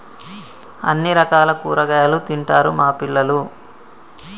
అన్ని రకాల కూరగాయలు తింటారు మా పిల్లలు